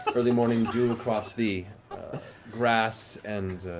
but early-morning dew across the grass and